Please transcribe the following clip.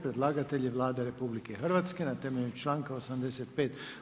Predlagatelj je Vlada RH, na temelju članka 85.